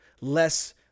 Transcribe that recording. less